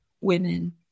women